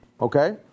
okay